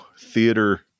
theater